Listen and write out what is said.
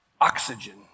Oxygen